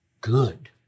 good